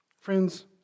Friends